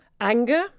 Anger